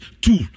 tool